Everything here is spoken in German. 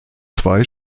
zwei